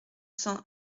cents